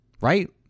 Right